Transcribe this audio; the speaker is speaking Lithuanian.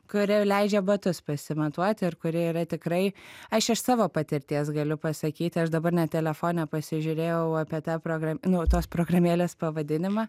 kuri leidžia batus pasimatuoti ir kuri yra tikrai aš iš savo patirties galiu pasakyti aš dabar net telefone pasižiūrėjau apie tą program nu tos programėlės pavadinimą